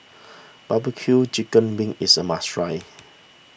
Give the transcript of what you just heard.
Barbecue Chicken Wings is a must try